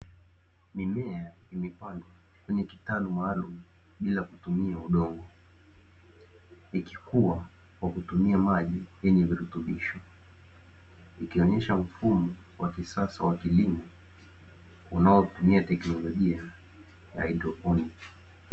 Mimea imepandwa kwenye kitalu maalumu bila kutumia udongo. Ikikua kwa kutumia maji yenye virutubisho, ikionyesha mfumo wa kisasa wa kilimo unaotumia teknolojia ya haidroponi.